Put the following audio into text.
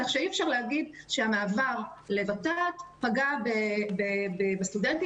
כך שאי אפשר להגיד שהמעבר לות"ת פגע בסטודנטים.